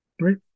Right